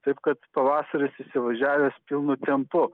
taip kad pavasaris įsivažiavęs pilnu tempu